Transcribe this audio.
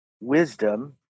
wisdom